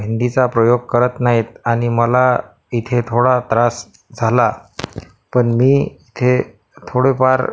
हिंदीचा प्रयोग करत नाहीत आणि मला इथे थोडा त्रास झाला पण मी इथे थोडेफार